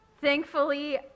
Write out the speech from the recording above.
Thankfully